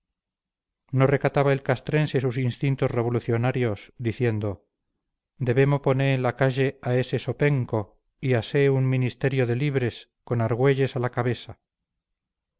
no recataba el castrense sus instintos revolucionarios diciendo debemo poné en la caye a ese sopenco y hasé un ministerio de libres con argüeyes a la cabesa